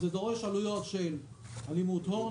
זה דורש עלויות של הלימות הון,